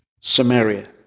Samaria